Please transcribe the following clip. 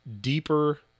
deeper